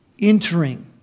Entering